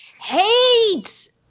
Hate